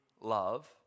love